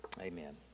Amen